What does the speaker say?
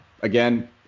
again